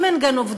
אם הן גם עובדות,